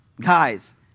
guys